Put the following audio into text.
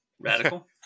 radical